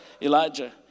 Elijah